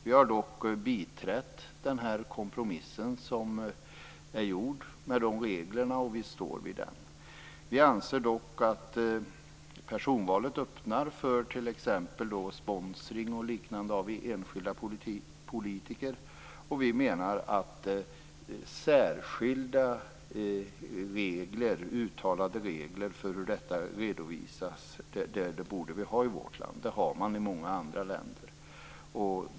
Vi har dock biträtt den kompromiss som är gjord, och vi står vid den. Vi anser dock att personvalet öppnar för t.ex. sponsring av enskilda politiker, och vi menar att vi i vårt land borde ha särskilda regler för hur detta skall redovisas. Sådana regler har man i många andra länder.